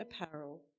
apparel